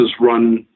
run